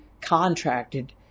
contracted